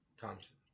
Thompson